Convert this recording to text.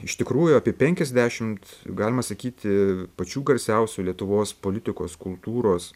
iš tikrųjų apie penkiasdešimt galima sakyti pačių garsiausių lietuvos politikos kultūros